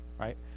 right